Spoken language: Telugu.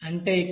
అంటే ఇక్కడ 1